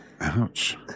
Ouch